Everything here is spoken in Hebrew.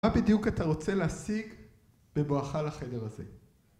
מה בדיוק אתה רוצה להשיג בבואך לחדר הזה?